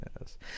yes